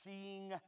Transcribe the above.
seeing